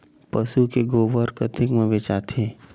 पशु के गोबर कतेक म बेचाथे?